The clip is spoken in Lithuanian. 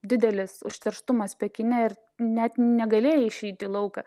didelis užterštumas pekine ir net negalėjai išeit į lauką